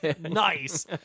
nice